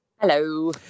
Hello